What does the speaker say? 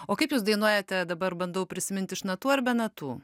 o kaip jūs dainuojate dabar bandau prisiminti iš natų ar be natų